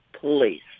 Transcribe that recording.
police